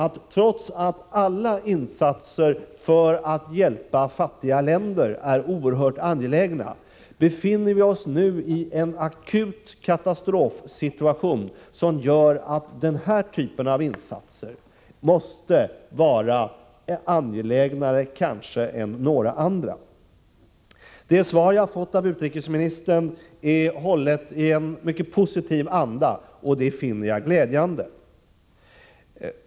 Trots att alla insatser för att hjälpa fattiga länder är oerhört angelägna står vi nämligen nu inför en akut katastrofsituation, som gör den typ av insatser jag nämnt viktigare än kanske några andra. Utrikesministerns svar är hållet i en mycket positiv anda. Det finner jag glädjande.